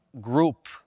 group